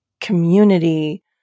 community